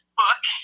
book